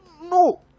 No